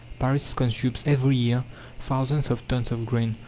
paris consumes every year thousands of tons of grain,